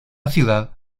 ciudad